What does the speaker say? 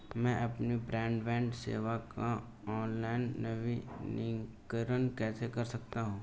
मैं अपनी ब्रॉडबैंड सेवा का ऑनलाइन नवीनीकरण कैसे कर सकता हूं?